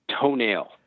toenail